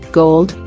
gold